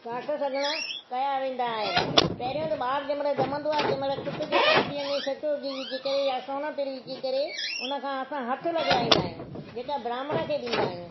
साठ सगिड़ा कया वेंदा आहिनि पहिरियों त ॿार जंहिं महिल ॼमंदो आहे तंहिं महिल कुटियूं जे तसरीअ में सचो गिहु विझी करे या सोनु तीर विझी करे हुन सां असां हथु लॻराईंदा आहियूं जेका ब्राह्मण खे ॾींदा आहियूं